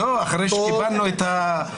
לא, אחרי שקיבלנו את המילון.